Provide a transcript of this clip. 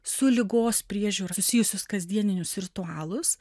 su ligos priežiūra susijusius kasdieninius ritualus